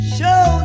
Show